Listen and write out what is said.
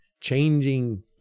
changing